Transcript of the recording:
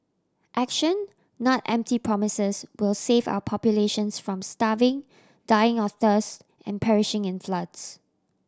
action not empty promises will save our populations from starving dying of thirst and perishing in floods